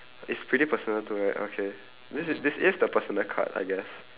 it's pretty personal too right okay this is this is the personal card I guess